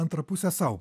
antrą pusę sau